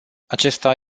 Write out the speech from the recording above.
acesta